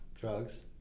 Drugs